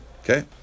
okay